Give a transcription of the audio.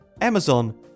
Amazon